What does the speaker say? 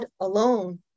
alone